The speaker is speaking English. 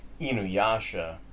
Inuyasha